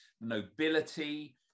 nobility